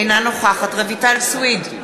אינה נוכחת רויטל סויד,